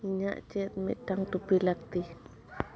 ᱤᱧᱟᱜ ᱪᱮᱫ ᱢᱤᱫᱴᱟᱝ ᱴᱩᱯᱤ ᱞᱟᱠᱛᱤ